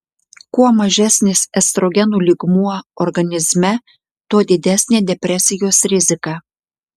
kuo mažesnis estrogenų lygmuo organizme tuo didesnė depresijos rizika